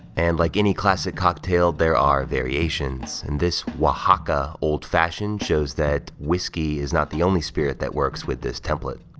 and like any classic cocktail, there are variations, and this oaxaca old fashioned shows that whiskey is not the only spirit that works with this template.